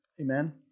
Amen